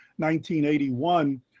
1981